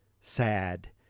sad